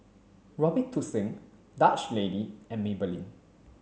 Robitussin Dutch Lady and Maybelline